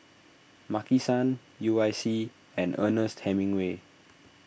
Maki San U I C and Ernest Hemingway